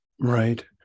Right